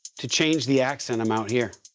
to change the accent. amount here